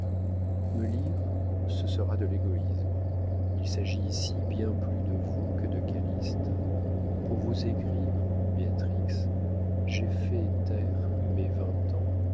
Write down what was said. me lire ce sera de l'égoïsme il s'agit ici bien plus de vous que de calyste pour vous écrire béatrix j'ai fait taire mes vingt ans